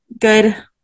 good